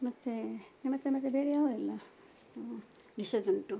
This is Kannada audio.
ಮತ್ತೆ ನಿಮ್ಮ ಹತ್ರ ಮತ್ತೆ ಬೇರೆ ಯಾವುವೆಲ್ಲ ಡಿಶಸ್ ಉಂಟು